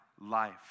life